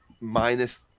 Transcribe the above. minus